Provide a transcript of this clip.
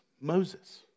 Moses